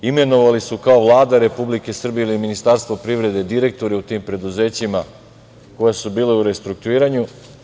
Imenovali su kao Vlada Republike Srbije i Ministarstvo privrede direktore u tim preduzećima koja su bila u restrukturiranju.